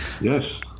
Yes